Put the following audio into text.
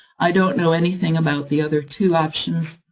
i don't know anything about the other two options,